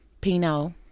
Pino